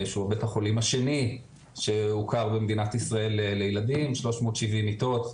שהוא בית החולים השני שהוקם במדינת ישראל לילדים ובו כ- 370 מיטות.